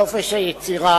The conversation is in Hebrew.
את חופש היצירה,